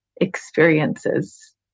experiences